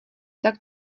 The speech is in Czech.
tak